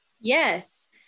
Yes